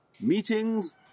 meetings